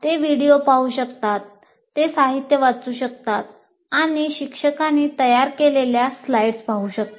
ते व्हिडिओ पाहू शकतात ते साहित्य वाचू शकतात किंवा शिक्षकांनी तयार केलेल्या स्लाइड्स पाहू शकतात